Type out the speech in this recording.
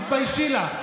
תתביישי לך.